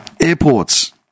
Airports